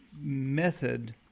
method